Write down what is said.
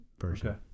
version